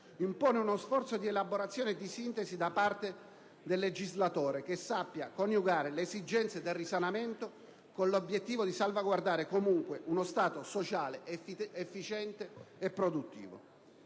impone uno sforzo di elaborazione e di sintesi da parte del legislatore che sappia coniugare le esigenze del risanamento con l'obiettivo di salvaguardare comunque uno Stato sociale, efficiente e produttivo.